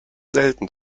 selten